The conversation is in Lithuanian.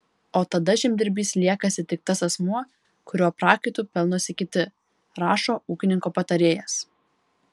o tada žemdirbys liekasi tik tas asmuo kurio prakaitu pelnosi kiti rašo ūkininko patarėjas